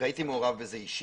כי הייתי מעורב בזה אישית.